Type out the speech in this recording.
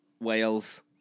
Wales